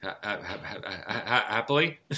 Happily